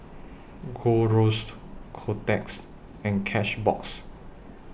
Gold Roast Kotex and Cashbox